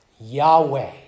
Yahweh